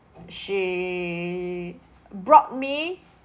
she brought me